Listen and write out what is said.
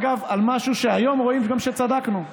אגב, על משהו שהיום רואים גם שצדקנו בו.